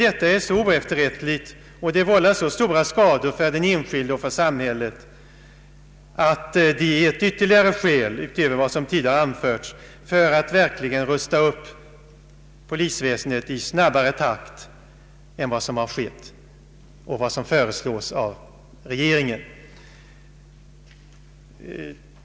Detta är så oefterrättligt och vållar så svåra skador för den enskilde och för samhället att det utgör ytterligare ett skäl utöver tidigare anförda för att verkligen rusta upp polisväsendet i snabbare takt än vad som har skett och vad som föreslås av regeringen.